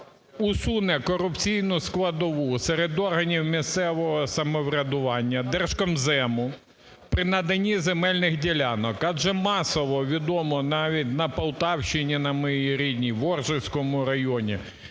усуне корупційну складову серед органів місцевого самоврядування, Держкомзему при наданні земельних ділянок? Адже масово, відомо, навіть на Полтавщині на моїй рідній, у Ворзельському районі